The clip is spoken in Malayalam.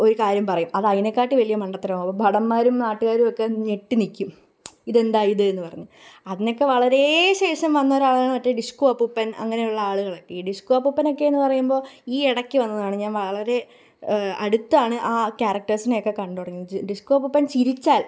ഒരു കാര്യം പറയും അത് അതിനെക്കാട്ടിയും വലിയ മണ്ടത്തരമാവും ഭടന്മാരും നാട്ടുകാരും ഒക്കെ ഞെട്ടി നിൽക്കും ഇതെന്തായിതെന്ന് പറഞ്ഞു അതിനെ ഒക്കെ വളരെ ശേഷം വന്ന ഒരാളാണ് മറ്റേ ഡിഷ്കു അപ്പുപ്പന് അങ്ങനെയുള്ള ആളുകൾ ഈ ഡിഷ്കു അപ്പുപ്പനെയൊക്കെ ഒന്ന് പറയുമ്പോൾ ഈ ഇടയ്ക്ക് വന്നതാണ് ഞാൻ വളരെ അടുത്താണ് ആ ക്യാരക്റ്റേസിനെയൊക്കെ കണ്ടു തുടങ്ങിയത് ഡിഷ്കു അപ്പുപ്പന് ചിരിച്ചാല്